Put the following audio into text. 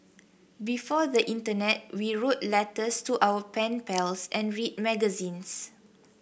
before the internet we wrote letters to our pen pals and read magazines